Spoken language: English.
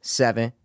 seven